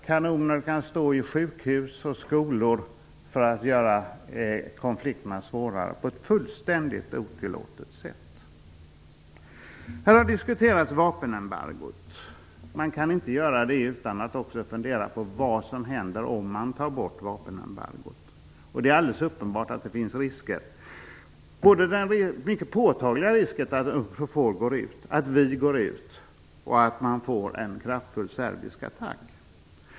Kanoner kan stå på sjukhus och skolor, för att göra konflikterna svårare, på ett fullständigt otillåtet sätt. Vapenembargot har diskuterats här. Man kan inte göra det utan att också fundera över vad som händer om man tar bort vapenembargot. Det är uppenbart att det finns risker. Det finns en mycket påtaglig risk med att Unprofor och vi går ut och att man får en mycket kraftfull serbisk attack.